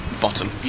bottom